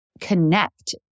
connect